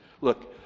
Look